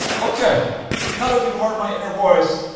ok now that you've heard my inner voice,